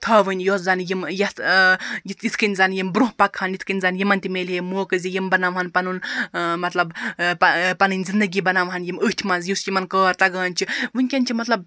تھاوٕنۍ یۅس زَن یِم یتھ یِتھٕ کٔنۍ زَن یِم برٛونٛہہ پَکہٕ ہان یِتھٕ کیٚن زَن یِمَن تہِ میلہِ ہے موقعہٕ زِ یِم بَناوہَن پَنُن مَطلَب پَنٕنۍ زِنٛدَگی بَناوہَن یِم أتھۍ مَنٛز یُس یِمَن کار تَگان چھُ وُنکیٚن چھِ مَطلَب